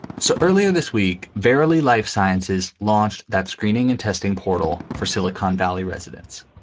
so earlier this week, verilli lifesciences launched that screening and testing portal for silicon valley residents.